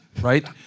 right